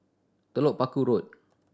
Telok Paku Road